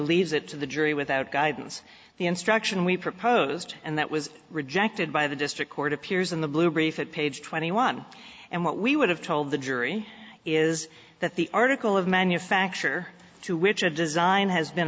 leaves it to the jury without guidance the instruction we proposed and that was rejected by the district court appears in the blue brief at page twenty one and what we would have told the jury is that the article of manufacture to which a design has been